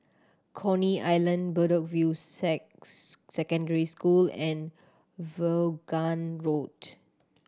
Coney Island Bedok View Secondary School and Vaughan Road